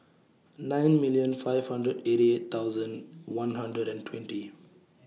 nine million five hundred eighty eight thousand one hundred and twenty